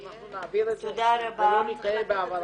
שאנחנו נעביר את זה ולא נטעה בהעברתו.